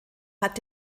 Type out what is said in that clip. hat